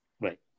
Right